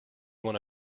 one